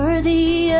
Worthy